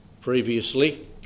previously